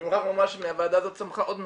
אני מוכרח לומר שמהוועדה הזאת צמח עוד משהו,